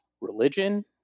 religion